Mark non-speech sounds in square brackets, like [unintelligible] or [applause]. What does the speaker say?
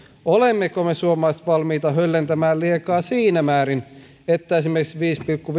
olemmeko me suomalaiset valmiita höllentämään liekaa siinä määrin että esimerkiksi viiden pilkku [unintelligible]